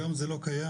היום זה לא קיים.